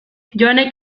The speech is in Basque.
joanek